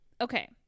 okay